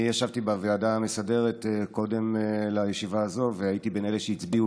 אני ישבתי בוועדה המסדרת קודם לישיבה הזו והייתי בין אלה שהצביעו